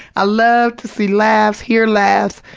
i love to see laughs, hear laughs,